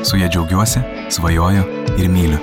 su ja džiaugiuosi svajoju ir myliu